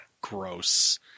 Gross